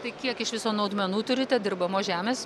tai kiek iš viso naudmenų turite dirbamos žemės